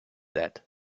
that